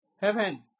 heaven